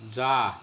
जा